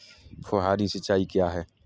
फुहारी सिंचाई क्या है?